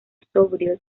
sobrio